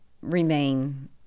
remain